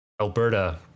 Alberta